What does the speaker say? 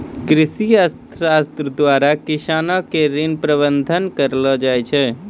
कृषि अर्थशास्त्र द्वारा किसानो के ऋण प्रबंध करै छै